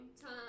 time